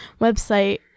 website